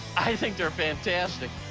i think they're fantastic.